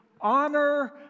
Honor